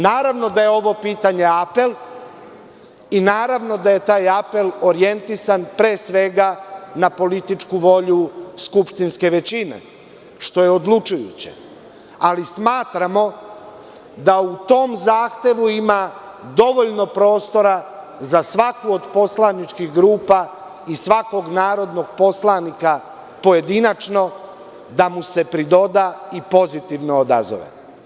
Naravno da je ovo pitanje apel i naravno da je taj apel orijentisan pre svega na političku volju skupštinske većine, što je odlučujuće, ali smatramo da u tom zahtevu ima dovoljno prostora za svaku od poslaničkih grupa i svakog narodnog poslanika pojedinačno da mu se pridoda i pozitivno odazove.